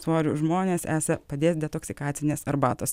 svoriu žmones esą padės detoksikacinės arbatos